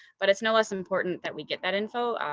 but it's no less important that we get that info,